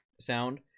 sound